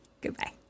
Goodbye